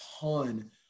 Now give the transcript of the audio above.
ton